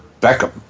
Beckham